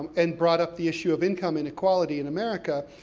and brought up the issue of income inequality in america,